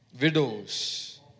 Widows